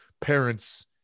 parents